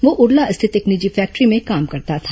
वह उरला स्थित एक निजी फैक्ट्री में काम करता था